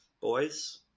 boys